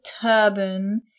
turban